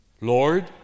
Lord